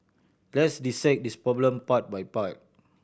let's dissect this problem part by part